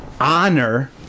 honor